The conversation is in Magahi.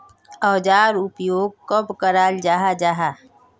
औजार उपयोग कब कराल जाहा जाहा?